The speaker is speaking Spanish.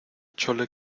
chole